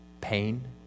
pain